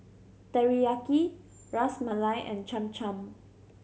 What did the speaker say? Teriyaki Ras Malai and Cham Cham